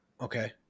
Okay